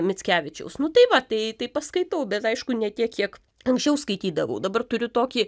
mickevičiaus nu tai va tai tai paskaitau bet aišku ne tiek kiek anksčiau skaitydavau dabar turiu tokį